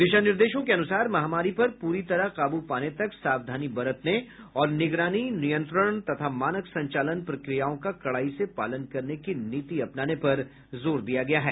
दिशा निर्देशों के अनुसार महामारी पर पूरी तरह काबू पाने तक सावधानी बरतने और निगरानी नियंत्रण तथा मानक संचालन प्रक्रियाओं का कडाई से पालन करने की नीति अपनाने पर जोर दिया गया है